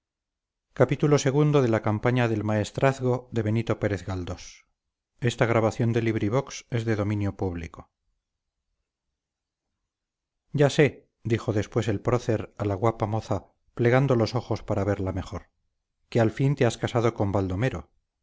ya sé dijo después el prócer a la guapa moza plegando los ojos para verla mejor que al fin te has casado con baldomero